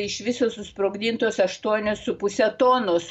iš viso susprogdintos aštuonios su puse tonos